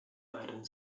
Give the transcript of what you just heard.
beiden